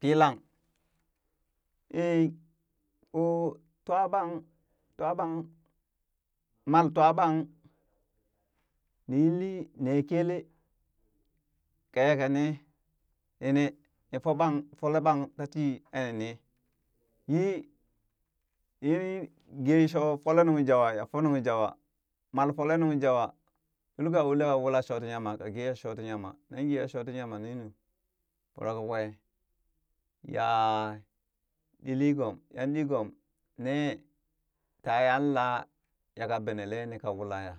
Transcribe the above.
pilan ɓo twaɓang twaɓang mal twaɓang nii yilli nee kelee ka yaka ne ne ni ni fo ɓang fole ɓang tatii kani ne, yii yi gee shoo folee nungjawa ya fo nungjawa mal fole nung jawa lulka ula wulla shooti yama ka geeya shooti yama nan geeya shooti yama ninuu voro kakwee ya ɗilli gom yan ɗiigom nee tayan laa yaka bene lee ni ka wula ya.